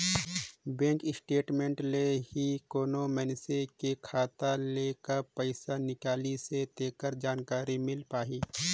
bank statement ले ही कोनो मइनसे के खाता ले कब पइसा निकलिसे तेखर जानकारी मिल पाही